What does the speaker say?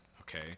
okay